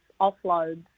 offloads